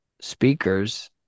speakers